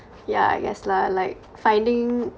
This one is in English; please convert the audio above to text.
yeah I guess lah like finding